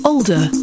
Older